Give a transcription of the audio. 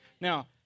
Now